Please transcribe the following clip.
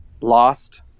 lost